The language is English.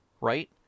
Right